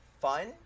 fun